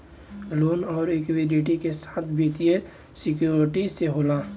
loan अउर equity के साथ वित्तीय सिक्योरिटी से होला